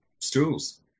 stools